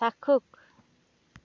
চাক্ষুষ